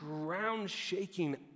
ground-shaking